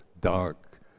dark